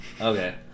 Okay